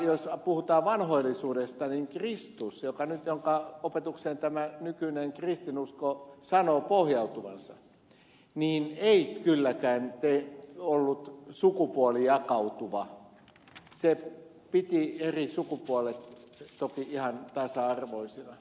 jos puhutaan vanhoillisuudesta niin kristus jonka opetukseen tämä nykyinen kristinusko sanoo pohjautuvansa ei kylläkään ollut sukupuolijaon kannalla vaan piti eri sukupuolet toki ihan tasa arvoisina